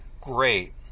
great